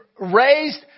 raised